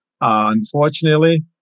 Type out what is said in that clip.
unfortunately